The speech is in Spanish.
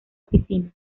oficinas